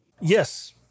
Yes